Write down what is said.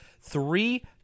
three